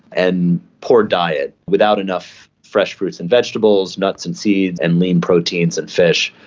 and poor diet, without enough fresh fruits and vegetables, nuts and seeds and lean proteins and fish.